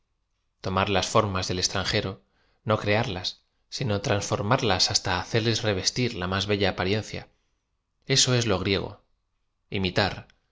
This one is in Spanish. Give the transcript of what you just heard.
ar las formas del eztranjero no crearlas aino transformarlas hasta ha cerles revestir la más bella apariencia eso es lo grie go imitar